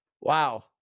Wow